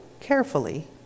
carefully